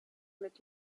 mit